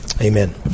Amen